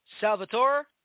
Salvatore